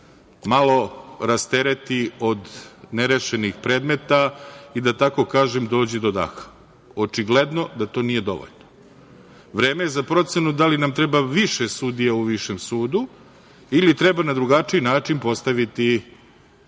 malo rastereti od nerešenih predmeta i da, tako kažem, dođe do daha. Očigledno da to nije dovoljno. Vreme je za procenu da li nam treba više sudija u Višem sudu ili treba na drugačiji način postaviti